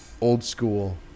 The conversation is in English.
old-school